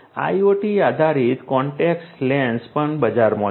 IOT આધારિત contact lens પણ બજારમાં છે